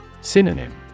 Synonym